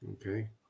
Okay